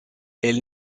elle